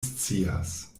scias